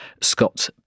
Scott